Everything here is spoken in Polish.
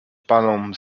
panom